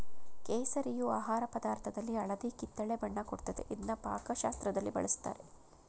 ಕೇಸರಿಯು ಆಹಾರ ಪದಾರ್ಥದಲ್ಲಿ ಹಳದಿ ಕಿತ್ತಳೆ ಬಣ್ಣ ಕೊಡ್ತದೆ ಇದ್ನ ಪಾಕಶಾಸ್ತ್ರದಲ್ಲಿ ಬಳುಸ್ತಾರೆ